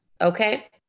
Okay